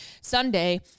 Sunday